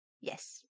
yes